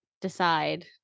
decide